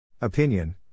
Opinion